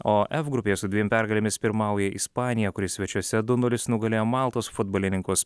o f grupėje su dviem pergalėmis pirmauja ispanija kuri svečiuose du nulis nugalėjo maltos futbolininkus